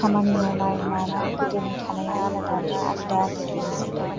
खामानि मावनाय मानाय गोदोनि थानाया आलादा दा आलादा गोदोनि जुगाव